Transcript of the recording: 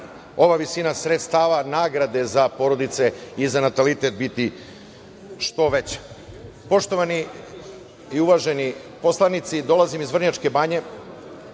ova visina sredstava, nagrade za porodice i za natalitet biti što veća. Poštovani i uvaženi poslanici, dolazim iz Vrnjačke Banje,